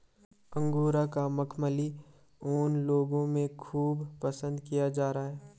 angora का मखमली ऊन लोगों में खूब पसंद किया जा रहा है